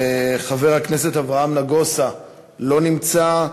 חבר הכנסת אברהם נגוסה, לא נמצא.